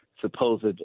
supposed